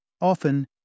Often